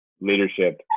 leadership